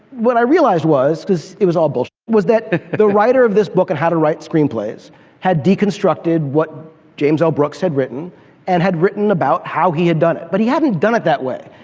what i realized was, cause it was all was that the writer of this book on how to write screenplays had deconstructed what james l. brooks had written and had written about how he had done it. but he hadn't done it that way.